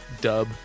dub